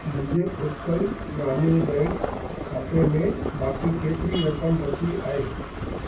मुंहिंजे उत्कल ग्रामिणी बैंक खाते में बाक़ी केतिरी रक़म बची आहे